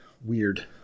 weird